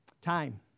Time